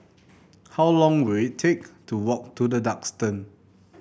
how long will it take to walk to The Duxton